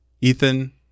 Ethan